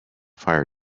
fire